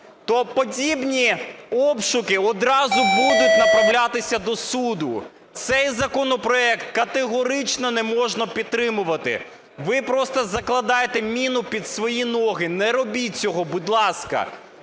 то подібні обшуки одразу будуть направлятися до суду. Цей законопроект категорично не можна підтримувати. Ви просто закладаєте міну під свої ноги, не робіть цього, будь ласка.